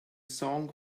song